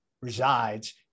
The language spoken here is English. resides